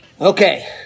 Okay